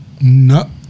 No